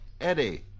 Eddie